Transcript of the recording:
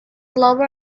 lower